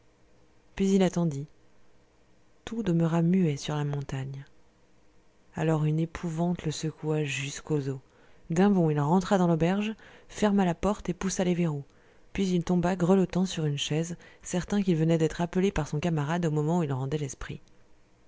puis il attendit tout demeura muet sur la montagne alors une épouvante le secoua jusqu'aux os d'un bond il rentra dans l'auberge ferma la porte et poussa les verrous puis il tomba grelottant sur une chaise certain qu'il venait d'être appelé par son camarade au moment où il rendait l'esprit